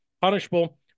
punishable